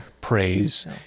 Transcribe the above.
praise